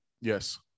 yes